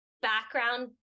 background